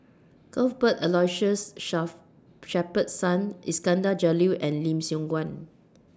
Cuthbert Aloysius Shepherdson Iskandar Jalil and Lim Siong Guan